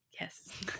Yes